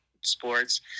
sports